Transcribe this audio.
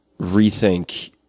rethink